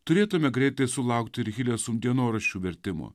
turėtumėme greitai sulaukti ir hilesum dienoraščių vertimų